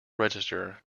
register